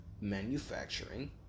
manufacturing